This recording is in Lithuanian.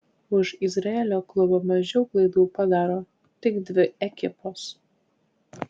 už izraelio klubą mažiau klaidų padaro tik dvi ekipos